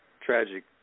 tragic